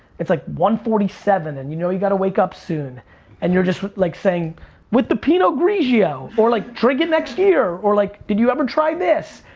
it's like one forty seven and you know you gotta wake up soon and you're just like saying with the pinot grigio or like drink it next year or like did you ever try this?